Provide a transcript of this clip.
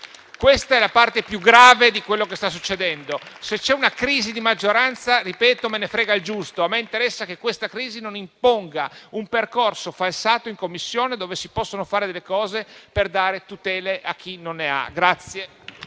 Questa è la parte più grave di quello che sta accadendo. Se c'è una crisi di maggioranza - lo ripeto - me ne importa il giusto; a me interessa che questa crisi non imponga un percorso falsato in Commissione, dove si possono fare delle cose per dare tutele a chi non ne ha.